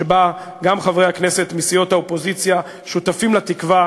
שבה גם חברי הכנסת מסיעות האופוזיציה שותפים לתקווה